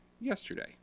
yesterday